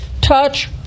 touch